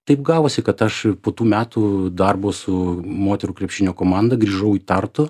taip gavosi kad aš po tų metų darbo su moterų krepšinio komanda grįžau į tartu